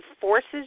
forces